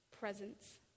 presence